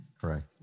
Correct